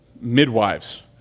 midwives